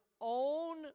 own